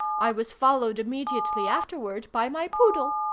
i was followed immediately afterward by my poodle.